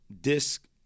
disc